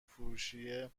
فروشیه